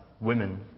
women